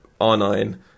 r9